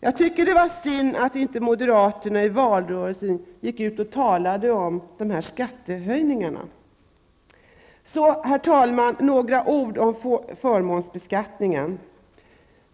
Det var synd att inte moderaterna i valrörelsen talade om dessa skattehöjningar. Herr talman! Jag vill nämna några ord om förmånsbeskattningen.